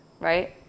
right